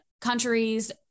countries